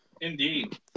Indeed